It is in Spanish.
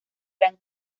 gran